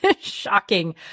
Shocking